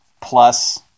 plus